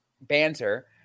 banter